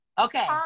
Okay